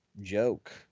joke